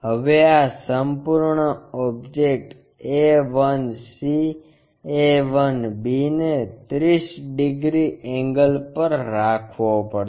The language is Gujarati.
હવે આ સંપૂર્ણ object a 1 c a 1 b ને 30 ડિગ્રી એન્ગલ પર રાખવો પડશે